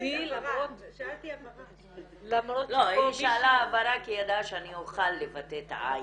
למרות שיש לנו נוהל שנקרא נוהל הפסקת הליך